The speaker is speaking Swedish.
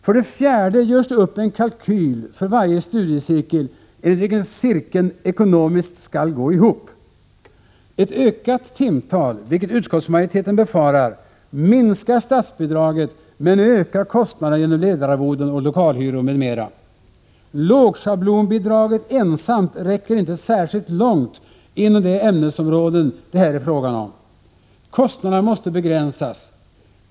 För det fjärde görs det upp en kalkyl för varje studiecirkel enligt vilken cirkeln skall gå ihop ekonomiskt. Utskottsmajoriteten befarar att ett ökat timtal minskar statsbidraget men ökar kostnaderna genom ledararvoden och lokalhyror m.m. Lågschablonbidraget ensamt räcker inte särskilt långt inom de ämnesområden det här är fråga om. Kostnaderna måste begränsas.